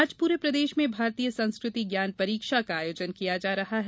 आज पूरे प्रदेश में भारतीय संस्कृति ज्ञान परीक्षा का आयोजन किया जा रहा है